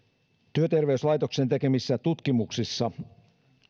työterveyslaitoksen tekemissä tutkimuksissa